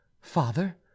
father